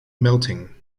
melting